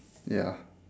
ya